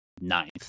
ninth